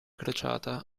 crociata